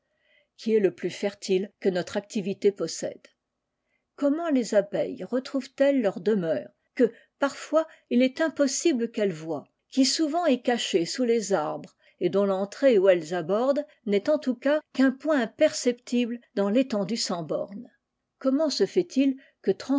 qui est le plus fertile que notre activité possède comment les abeilles retrouvent elles leur ire que parfois il est impossible qu'elles qui souvent est cachée sous les arbres t l'entrée où elles abordent n'est en tout cas qu'un point imperceptible dans retendue sans bornes comment se fait-il que